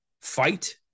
fight